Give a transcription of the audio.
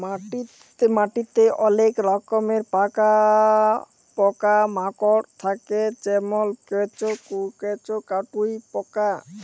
মাটিতে অলেক রকমের পকা মাকড় থাক্যে যেমল কেঁচ, কাটুই পকা